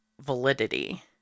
validity